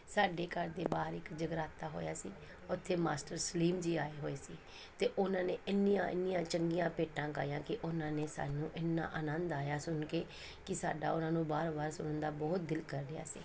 ਸਾਡੇ ਘਰ ਦੇ ਬਾਹਰ ਇੱਕ ਜਗਰਾਤਾ ਹੋਇਆ ਸੀ ਉੱਥੇ ਮਾਸਟਰ ਸਲੀਮ ਜੀ ਆਏ ਹੋਏ ਸੀ ਅਤੇ ਉਹਨਾਂ ਨੇ ਇੰਨੀਆਂ ਇੰਨੀਆਂ ਚੰਗੀਆਂ ਭੇਟਾਂ ਗਾਈਆ ਕਿ ਉਹਨਾਂ ਨੇ ਸਾਨੂੰ ਇੰਨਾ ਆਨੰਦ ਆਇਆ ਸੁਣ ਕੇ ਕਿ ਸਾਡਾ ਉਹਨਾਂ ਨੂੰ ਵਾਰ ਵਾਰ ਸੁਣਨ ਦਾ ਬਹੁਤ ਦਿਲ ਕਰ ਰਿਹਾ ਸੀ